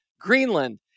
Greenland